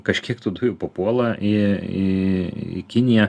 kažkiek tų dujų papuola į į į kiniją